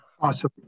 Awesome